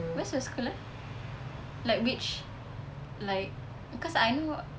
where's your school eh like which like because I know